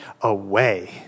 away